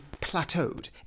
plateaued